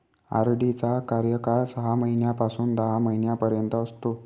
RD चा कार्यकाळ सहा महिन्यापासून दहा महिन्यांपर्यंत असतो